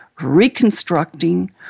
reconstructing